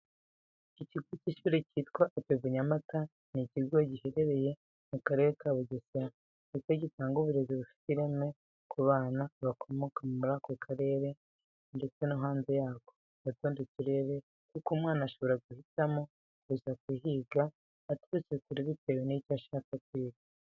Ikigo cy'ishuri cyitwa APEBU NYAMATA ni ikigo giherereye mu Karere ka Bugesera ndetse gitanga uburezi bufite ireme ku bana bakomoka muri ako karere ndetse no hanze yako mu tundi turere kuko umwana ashobora guhitamo kuza kuhiga aturutse kure bitewe n'icyo shaka kwiga.